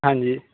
ਹਾਂਜੀ